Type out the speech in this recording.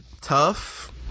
Tough